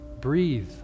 Breathe